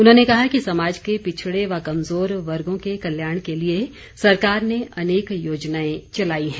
उन्होंने कहा कि समाज के पिछड़े व कमजोर वर्गों के कल्याण के लिए सरकार ने अनेक योजनाएं चलाई है